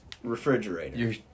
Refrigerator